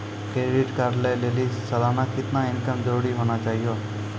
Credit card लय लेली सालाना कितना इनकम जरूरी होना चहियों?